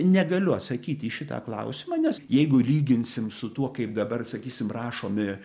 negaliu atsakyti į šitą klausimą nes jeigu lyginsim su tuo kaip dabar sakysim rašomi